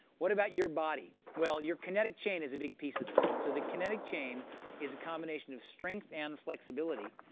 what about your body? well, your kinetic chain is a big piece of this, and so the kinetic chain is a combination of strength and flexibility.